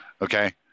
okay